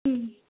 ಹ್ಞೂ